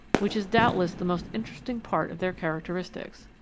which is doubtless the most interesting part of their characteristics.